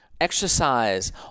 exercise